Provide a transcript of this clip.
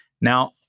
Now